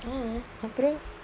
அப்புறம்:apuram